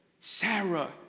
Sarah